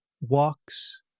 walks